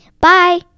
Bye